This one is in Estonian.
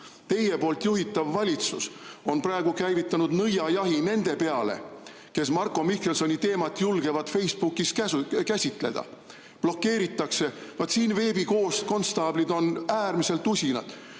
teie juhitav valitsus on praegu käivitanud nõiajahi nende peale, kes Marko Mihkelsoni teemat julgevad Facebookis käsitleda. Blokeeritakse! Vaat siin on veebikonstaablid äärmiselt usinad.